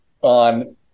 on